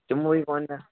تِموٕے ووٚن مےٚ